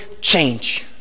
change